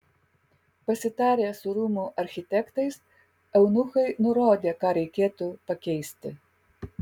pasitarę su rūmų architektais eunuchai nurodė ką reikėtų pakeisti